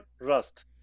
Rust